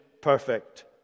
perfect